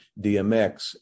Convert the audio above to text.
DMX